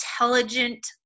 intelligent